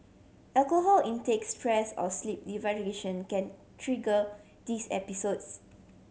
alcohol intake stress or sleep deprivation can trigger these episodes